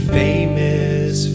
famous